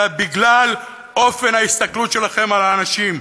אלא בגלל אופן ההסתכלות שלכם על האנשים.